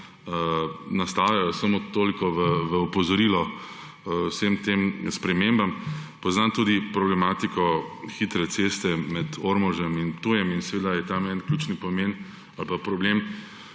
nastajajo. Samo toliko v opozorilo vsem tem spremembam. Poznam tudi problematiko hitre ceste med Ormožem in Ptujem in seveda je tam en ključni pomen ali pa problem,